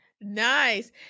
Nice